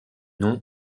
nom